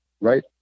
right